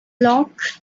locked